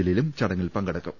ജലീലും ചടങ്ങിൽ പങ്കെടുക്കും